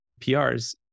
PRs